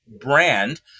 brand